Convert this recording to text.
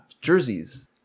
jerseys